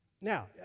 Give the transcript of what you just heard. Now